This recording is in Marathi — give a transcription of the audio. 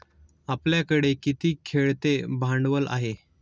आपल्याकडे किती खेळते भांडवल आहे?